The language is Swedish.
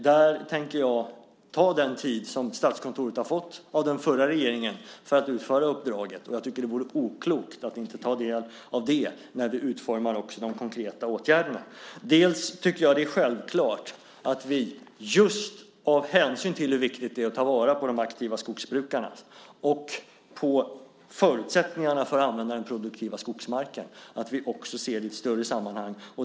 Där tänker jag att det får ta den tid som Statskontoret har fått av den förra regeringen för att utföra uppdraget. Jag tycker att det vore oklokt att inte ta del av det när vi utformar de konkreta åtgärderna. Jag tycker att det är självklart att vi just av hänsyn till hur viktigt det är att ta vara på de aktiva skogsbrukarna och på förutsättningarna för att använda den produktiva skogsmarken också ser det i ett större sammanhang.